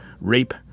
*Rape*